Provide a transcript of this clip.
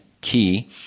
key